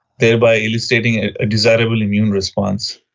thereby eliciting a desirable immune response.